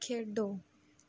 ਖੇਡੋ